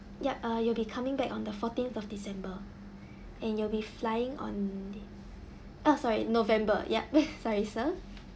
yup uh you'll be coming back on the fourteenth of december and you'll be flying on the uh sorry november ya sorry sir